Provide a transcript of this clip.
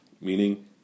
meaning